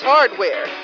Hardware